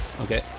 Okay